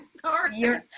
Sorry